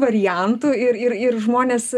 variantų ir ir ir žmonės